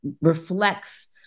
reflects